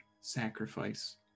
sacrifice